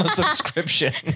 subscription. (